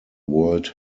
world